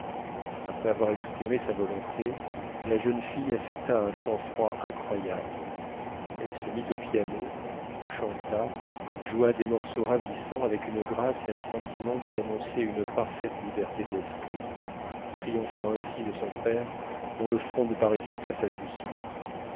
après avoir exprimé sa volonté la jeune fille affecta un sang-froid incroyable elle se mit au piano chanta joua des morceaux ravissants avec une grâce et un sentiment qui annonçaient une parfaite liberté d'esprit triomphant ainsi de son père dont le front ne paraissait pas s'adoucir